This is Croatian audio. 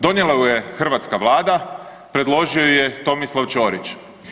Donijela ju je hrvatska Vlada, predložio ju je Tomislav Ćorić.